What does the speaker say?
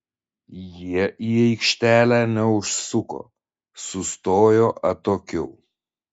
jie į aikštelę neužsuko sustojo atokiau